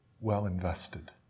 well-invested